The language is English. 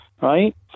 Right